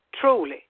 truly